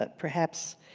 but perhaps,